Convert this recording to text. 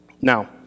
Now